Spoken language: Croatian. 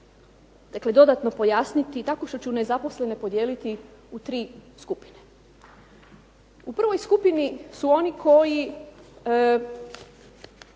ću dodatno pojasniti tako da ću nezaposlene podijeliti u tri skupine. U prvoj skupini su oni koji